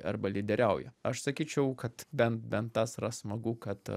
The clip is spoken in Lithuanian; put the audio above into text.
arba lyderiauja aš sakyčiau kad bent bent tas yra smagu kad